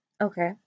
Okay